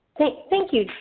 thank you,